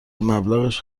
مبلغش